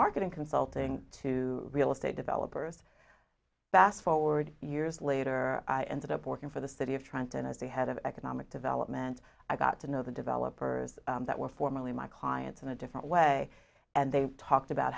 marketing consulting to real estate developers bass forward years later i ended up working for the city of trenton as the head of economic development i got to know the developers that were formerly my clients in a different way and they talked about